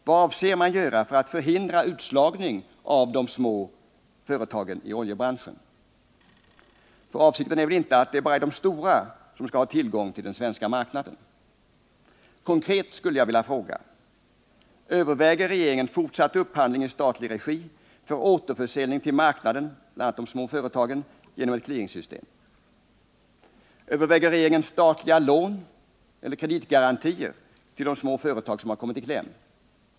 Vad avser man att göra för att förhindra utslagning av de små företagen i oljebranschen? Avsikten är väl inte att det bara är de stora som skall ha tillgång till den svenska marknaden? Konkret skulle jag vilja fråga: Överväger regeringen fortsatt upphandling i statlig regi för återförsäljning till marknaden, bl.a. till de små företagen genom ett clearingsystem? Överväger regeringen statliga lån eller kreditgarantier till de små företag som har kommit i kläm?